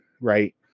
right